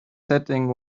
setting